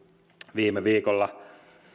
viime viikolla